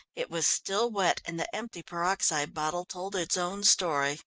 it was still wet, and the empty peroxide bottle told its own story.